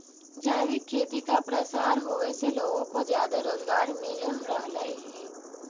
जैविक खेती का प्रसार होवे से लोगों को ज्यादा रोजगार मिल रहलई हे